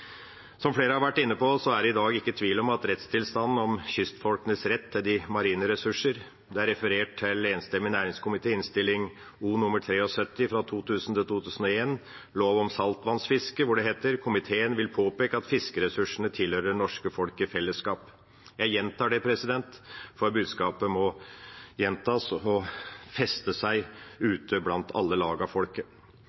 Som flere har vært inne på, er det i dag ikke tvil om rettstilstanden når det gjelder kystfolkets rett til de marine ressursene. Det er referert til av en enstemmig næringskomité i Innst. O. nr. 73 fra 2000–2001, lov om saltvannsfiske, hvor det står: «Komiteen vil påpeke at fiskeressursene tilhører det norske folk i fellesskap.» Jeg gjentar det, for budskapet må gjentas og feste seg